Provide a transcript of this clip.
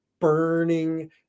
Burning